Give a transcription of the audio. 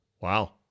Wow